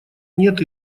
нет